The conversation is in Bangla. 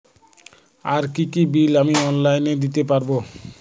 আর কি কি বিল আমি অনলাইনে দিতে পারবো?